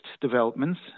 developments